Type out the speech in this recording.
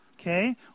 okay